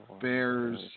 Bears